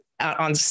on